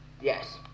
Yes